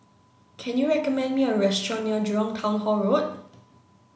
can you recommend me a restaurant near Jurong Town Hall Road